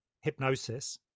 hypnosis